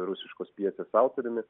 rusiškos pjesės autoriumi